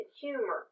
humor